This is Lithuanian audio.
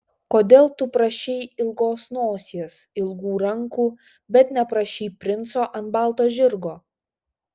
kodėl tu prašei ilgos nosies ilgų rankų bet neprašei princo ant balto žirgo